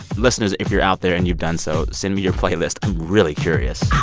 listeners, if you're out there and you've done so, send me your playlist. i'm really curious